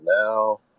now